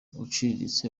uciriritse